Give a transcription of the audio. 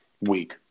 week